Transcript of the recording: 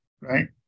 right